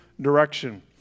direction